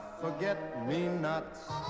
forget-me-nots